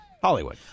Hollywood